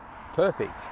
perfect